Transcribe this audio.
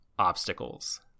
obstacles